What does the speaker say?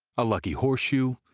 a lucky horseshoe,